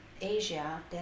Asia